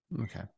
okay